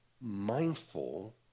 mindful